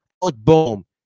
Boom